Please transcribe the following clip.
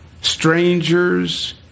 strangers